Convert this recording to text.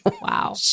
Wow